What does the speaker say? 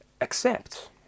accept